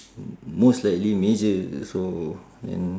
most likely major so then